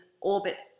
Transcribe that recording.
orbit